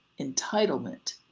entitlement